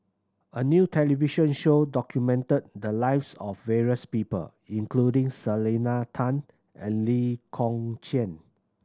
a new television show documented the lives of various people including Selena Tan and Lee Kong Chian